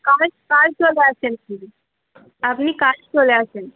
কাল কাল চলে আসেন দিদি আপনি কাছ চলে আসেন